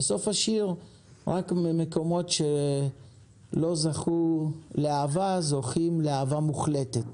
בסוף השיר: רק מקומות שלא זכו לאהבה זוכים לאהבה מוחלטת.